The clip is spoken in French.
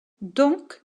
donc